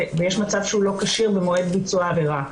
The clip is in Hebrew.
ויש מצב שהוא לא כשיר במועד ביצוע העבירה.